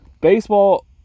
baseball –